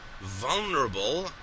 vulnerable